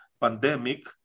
pandemic